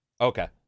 okay